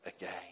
again